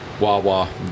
wawa